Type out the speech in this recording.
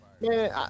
man